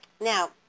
Now